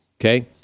Okay